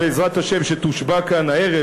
שבעזרת השם תושבע כאן הערב,